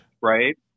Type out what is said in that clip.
Right